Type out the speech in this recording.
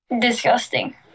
Disgusting